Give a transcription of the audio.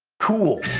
cool.